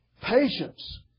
Patience